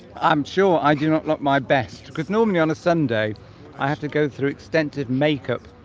i'm sure i do not look my best to quit normally on a sunday i have to go through extensive makeup